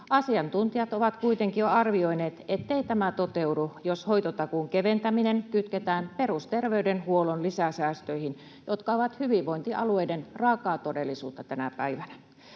Asiantuntijat ovat kuitenkin jo arvioineet, ettei tämä toteudu, jos hoitotakuun keventäminen kytketään perusterveydenhuollon lisäsäästöihin, jotka ovat hyvinvointialueiden raakaa todellisuutta tänä päivänä.